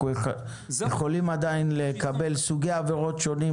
אנחנו יכולים עדיין לקבל סוגי עבירות שונים